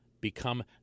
become